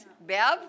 Bev